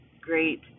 great